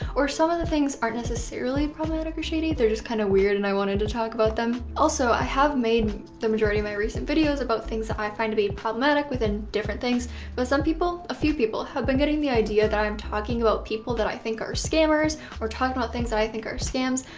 or some of the things aren't necessarily problematic or shady they're just kind of weird and i wanted to talk about them. also i have made the majority of my recent videos about things that i find to be problematic within different things but some people a few people have been getting the idea that i'm talking about people that i think are scammers or talking about things that i think are scams.